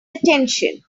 attention